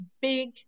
big